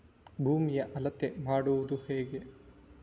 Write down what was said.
ಭೂಮಿಯ ಅಳತೆ ಮಾಡುವುದು ಹೇಗೆ?